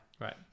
Right